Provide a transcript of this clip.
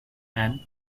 and